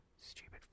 Stupid